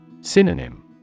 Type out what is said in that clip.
Synonym